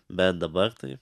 bet dabar tai